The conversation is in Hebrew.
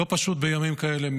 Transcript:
וזה לא פשוט בימים כאלה,